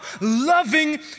loving